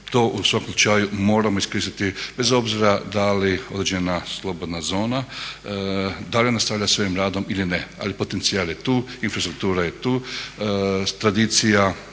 to u svakom slučaju moramo iskoristiti bez obzira da li određena slobodna zona, da li nastavlja svojim radom ili ne. Ali potencijal je tu, infrastruktura je tu, tradicija